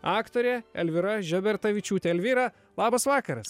aktorė elvyra žebertavičiūtė elvyra labas vakaras